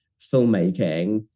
filmmaking